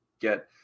get